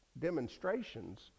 demonstrations